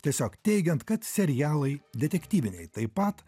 tiesiog teigiant kad serialai detektyviniai taip pat